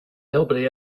nobody